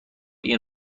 این